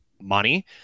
money